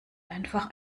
einfach